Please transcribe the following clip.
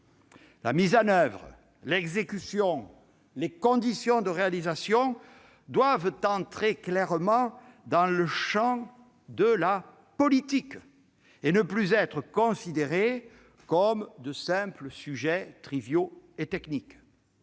La mise en oeuvre, l'exécution, les conditions de réalisation doivent entrer clairement dans le champ de la politique et ne plus être considérées comme de simples sujets triviaux et techniques.